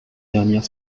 dernière